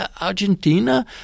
Argentina